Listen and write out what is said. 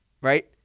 right